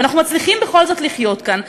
ואנחנו מצליחים בכל זאת לחיות כאן,